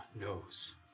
knows